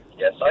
Yes